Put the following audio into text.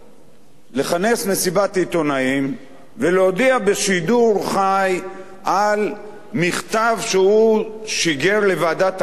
לכנס מסיבת עיתונאים ולהודיע בשידור חי על מכתב שהוא שיגר לוועדת הכנסת